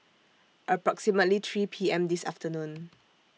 approximately three P M This afternoon